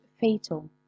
fatal